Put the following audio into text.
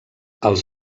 els